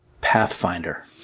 pathfinder